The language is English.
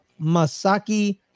Masaki